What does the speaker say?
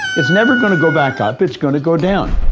it's never going to go back up it's going to go down.